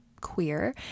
queer